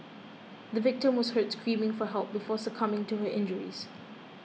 the victim was heard screaming for help before succumbing to her injuries